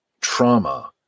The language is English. trauma